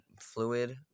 Fluid